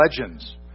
legends